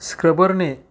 स्क्रबरने